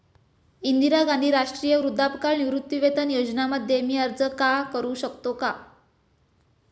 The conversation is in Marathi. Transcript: इंदिरा गांधी राष्ट्रीय वृद्धापकाळ निवृत्तीवेतन योजना मध्ये मी अर्ज का करू शकतो का?